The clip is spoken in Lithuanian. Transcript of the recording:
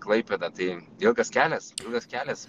klaipėdą tai ilgas kelias ilgas kelias